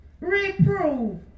Reprove